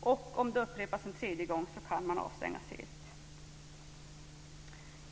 och om det upprepas en tredje gång så kan man avstängas helt.